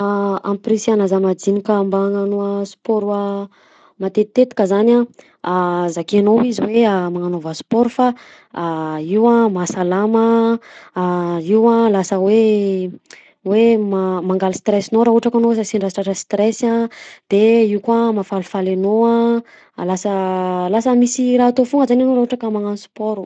Ampirisihana za madinika mba hagnano sport matetitetika zany a, a zakainao izy hoe a magnanaova sport fa io ah mahasalama a io ah lasa hoe hoe man- mangala stress-nao raha ohatra ka anao sendra tratran'ny stress a de io koa mahafalifaly anao a lasa lasa misy raha atao foagna zany anao raha ohatra ka magnano sport.